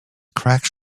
cracks